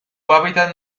hábitat